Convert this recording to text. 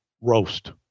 roast